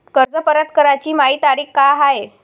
कर्ज परत कराची मायी तारीख का हाय?